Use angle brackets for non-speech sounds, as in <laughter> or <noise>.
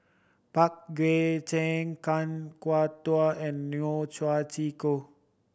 Pang Guek Cheng Kan Kwok Toh and Neo <unintelligible>